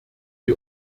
die